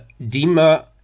Dima